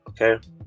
okay